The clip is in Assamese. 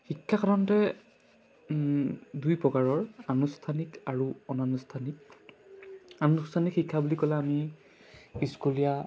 শিক্ষা সাধাৰণতে দুই প্ৰকাৰৰ আনুষ্ঠানিক আৰু অনানুষ্ঠানিক আনুষ্ঠানিক শিক্ষা বুলি ক'লে আমি স্কুলীয়া